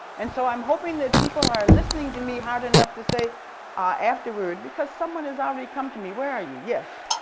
and so i'm hoping that people are listening to me hard enough to say afterwards, because someone has already come to me where are you?